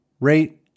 rate